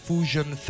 Fusion